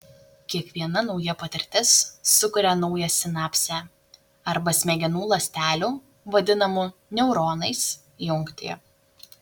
kiekviena nauja patirtis sukuria naują sinapsę arba smegenų ląstelių vadinamų neuronais jungtį